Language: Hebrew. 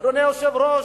אדוני היושב-ראש,